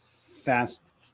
fast